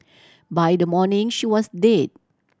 by the morning she was dead